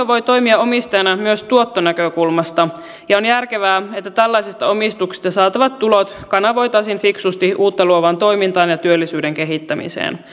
voi toimia omistajana myös tuottonäkökulmasta ja on järkevää että tällaisista omistuksista saatavat tulot kanavoitaisiin fiksusti uutta luovaan toimintaan ja työllisyyden kehittämiseen